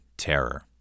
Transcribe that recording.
terror